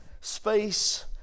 Space